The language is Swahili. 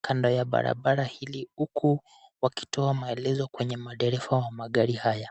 kando ya barabara hili huku wakitoa maelezo kwenye madereva wa magari haya.